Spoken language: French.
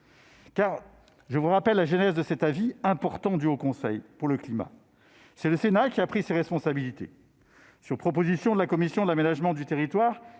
de rappeler la genèse de l'avis important du Haut Conseil pour le climat. Le Sénat a pris ses responsabilités, sur proposition de la commission de l'aménagement du territoire